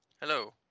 Hello